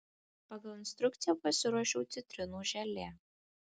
pagal instrukciją pasiruošiau citrinų želė